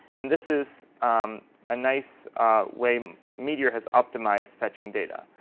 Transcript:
and this is a nice way meteor has optimized fetching data.